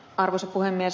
arvoisa puhemies